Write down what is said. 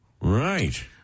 Right